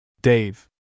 Dave